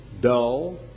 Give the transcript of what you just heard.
dull